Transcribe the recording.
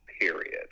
period